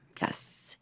Yes